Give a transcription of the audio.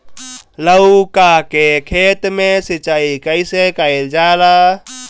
लउका के खेत मे सिचाई कईसे कइल जाला?